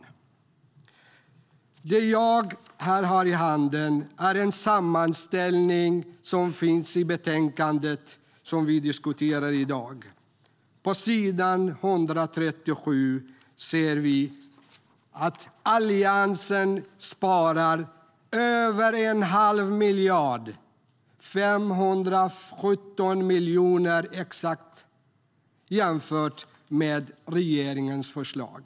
Det jag har i handen är en sammanställning som finns i det betänkande som vi diskuterar i dag. På s. 134 ser vi att Alliansen sparar över 1⁄2 miljard - 517 miljoner exakt - jämfört med regeringens förslag.